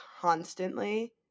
constantly